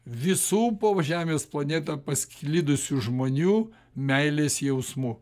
visų po žemės planetą pasklidusių žmonių meilės jausmu